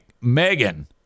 Megan